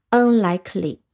unlikely